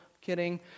Kidding